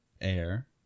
air